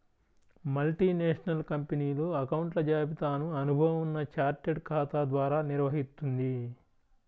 multinational కంపెనీలు అకౌంట్ల జాబితాను అనుభవం ఉన్న చార్టెడ్ ఖాతా ద్వారా నిర్వహిత్తుంది